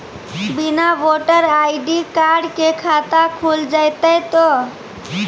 बिना voter ID card के खाता खुल जैते तो?